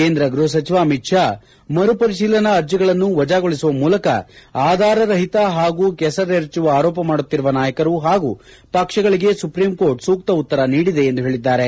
ಕೇಂದ್ರ ಗೃಹ ಸಚಿವ ಅಮಿತ್ ಷಾ ಮರುಪರಿಶೀಲನಾ ಅರ್ಜಿಗಳನ್ನು ವಜಾಗೊಳಿಸುವ ಮೂಲಕ ಆಧಾರ ರಹಿತ ಹಾಗೂ ಕೆಸರೆರಚುವ ಆರೋಪ ಮಾಡುತ್ತಿರುವ ನಾಯಕರು ಹಾಗೂ ಪಕ್ಷಗಳಿಗೆ ಸುಪ್ರೀಂ ಕೋರ್ಟ್ ಸೂಕ್ತ ಉತ್ತರ ನೀಡಿದೆ ಎಂದು ಹೇಳಿದ್ದಾರೆ